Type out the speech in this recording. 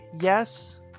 yes